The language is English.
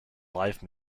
live